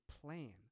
plan